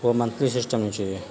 وہ monthly system نہیں چاہیے